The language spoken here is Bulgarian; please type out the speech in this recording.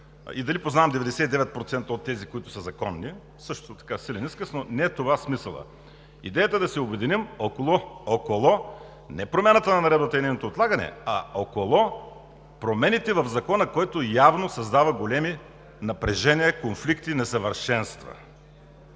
и дали познавам 99% от тези, които са законни – също така силен изказ, но не това е смисълът. Идеята е да се обединим не около промяната на наредбата и нейното отлагане, а около промените на Закона, който явно създава големи напрежения, конфликти, несъвършенства.